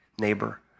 neighbor